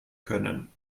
können